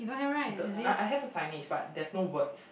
the I I have a signage but there's no words